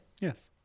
Yes